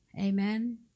amen